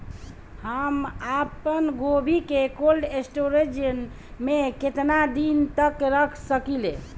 हम आपनगोभि के कोल्ड स्टोरेजऽ में केतना दिन तक रख सकिले?